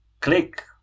click